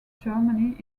germany